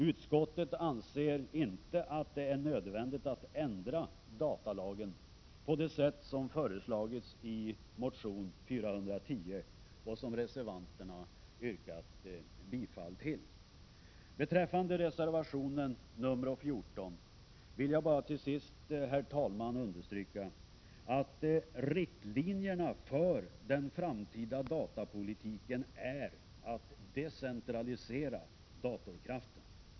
Utskottet anser inte att det är nödvändigt att ändra datalagen på sätt som föreslagits i motion K410 och som reservanterna yrkat bifall till. Herr talman! Beträffande reservation nr 14 vill jag bara till sist understryka att riktlinjerna för den framtida datapolitiken är att decentralisera datorkraften.